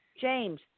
James